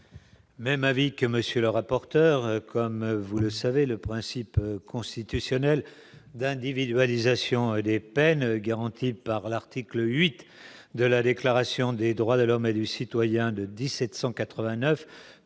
l'avis de la commission. Comme vous le savez, le principe constitutionnel d'individualisation des peines, garanti par l'article VIII de la Déclaration des droits de l'homme et du citoyen de 1789,